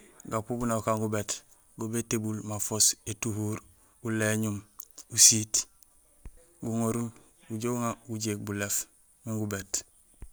Gupu miin inja gukaan gubéét, go bétébul mafoos: étuhur, usiit, guléñun, guŋorul gujoow guŋar gujéék bulééf min gubéét.